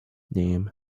name